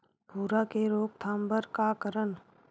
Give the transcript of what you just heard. भूरा के रोकथाम बर का करन?